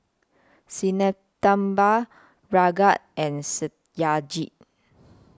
Sinnathamby Ranga and Satyajit